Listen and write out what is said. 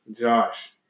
Josh